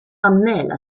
anmäla